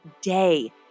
day